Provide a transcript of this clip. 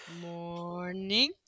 morning